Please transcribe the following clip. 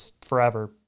forever